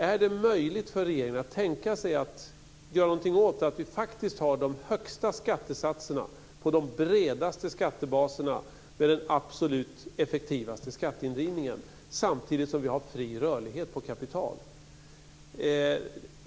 Är det möjligt för regeringen att tänka sig att göra något åt att vi faktiskt har de högsta skattesatserna på de bredaste skattebaserna med den absolut effektivaste skatteindrivningen samtidigt som vi har fri rörlighet på kapital?